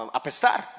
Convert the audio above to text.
apestar